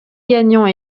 gagnant